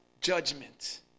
judgment